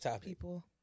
people